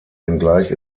wenngleich